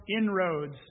inroads